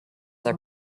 are